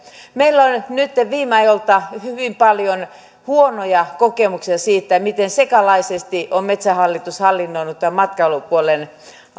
meillä on viime ajoilta hyvin paljon huonoja kokemuksia siitä miten sekalaisesti on metsähallitus hallinnoinut tämän matkailupuolen